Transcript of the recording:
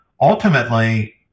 ultimately